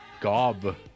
Gob